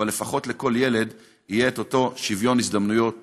אבל לפחות לכל ילד יהיה את אותו שוויון הזדמנויות בחינוך,